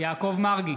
יעקב מרגי,